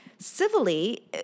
Civilly